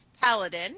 Paladin